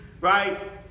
right